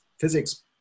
physics